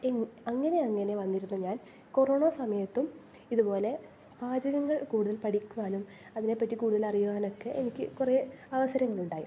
അങ്ങിനെ അങ്ങിനെ വന്നിരുന്ന ഞാൻ കൊറോണ സമയത്തും ഇതുപോലെ പാചകങ്ങൾ കൂടുതൽ പഠിക്കുവാനും അതിനെപറ്റി കൂടുതൽ അറിയുവാനുമൊക്കെ എനിക്ക് കുറേ അവസരങ്ങളുണ്ടായി